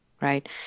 right